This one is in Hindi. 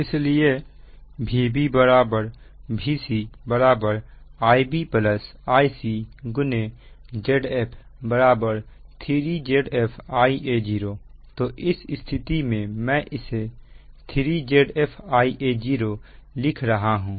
इसलिए Vb Vc Ib Ic Zf 3 Zf Ia0 तो इस स्थिति में मैं इसे 3 Zf Ia0 लिख रहा हूं